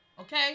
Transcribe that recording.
Okay